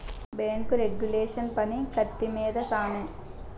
bank regulation పని కత్తి మీద సామే